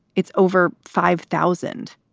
it's over five thousand.